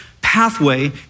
pathway